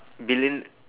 billion~